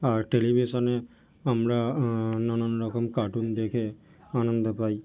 আর টেলিভিশনে আমরা নানান রকম কার্টুন দেখে আনন্দ পাই